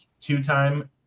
two-time